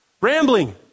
rambling